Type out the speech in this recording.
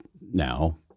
now